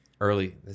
Early